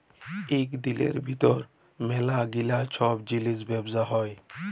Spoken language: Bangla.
ইক দিলের ভিতর ম্যালা গিলা ছব জিলিসের ব্যবসা হ্যয়